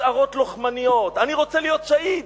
הצהרות לוחמניות, אני רוצה להיות שהיד,